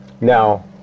Now